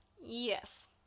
Yes